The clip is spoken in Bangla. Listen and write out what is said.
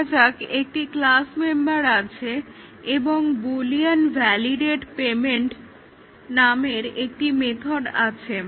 ধরা যাক একটি ক্লাস মেম্বার আছে এবং বুলিয়ান ভ্যালিডেট পেমেন্ট নামের একটি মেথড আছে